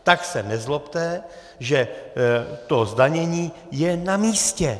Tak se nezlobte, že to zdanění je namístě.